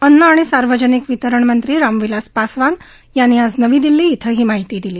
अन्न आणि सार्वजनिक वितरण मंत्री रामविलास पासवान यांनी आज नवी दिल्ली इथं ही माहिती दिली